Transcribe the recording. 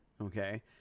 okay